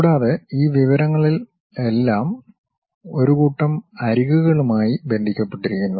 കൂടാതെ ഈ വിവരങ്ങളെല്ലാം ഒരു കൂട്ടം അരികുകളുമായി ബന്ധപ്പെട്ടിരിക്കുന്നു